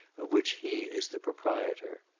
of which he is the proprietor.